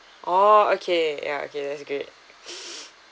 oh okay ya okay that's great